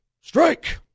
strike